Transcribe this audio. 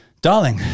darling